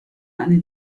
eine